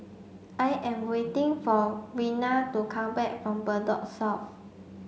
I am waiting for Vena to come back from Bedok South